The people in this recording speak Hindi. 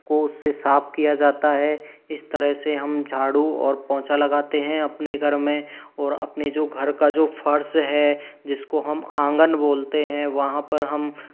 को उससे साफ़ किया जाता है इस तरह से हम झाड़ू और पोंछा लगाते हैं अपने घर में और अपने जो घर का जो फ़र्श है जिसको हम आँगन बोलते हैं वहाँ पर हम